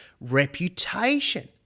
reputation